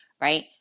right